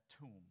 tomb